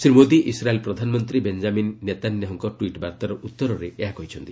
Shri Modi Israel ପ୍ରଧାନମନ୍ତ୍ରୀ Benjamin ନେତାନ୍ୟାହୁଙ୍କ tweet ବାର୍ତ୍ତାର ଉତ୍ତରରେ ଏହା କହିଛନ୍ତି